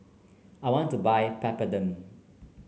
I want to buy Peptamen